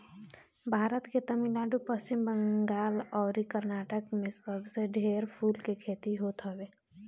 भारत के तमिलनाडु, पश्चिम बंगाल अउरी कर्नाटक में सबसे ढेर फूल के खेती होत हवे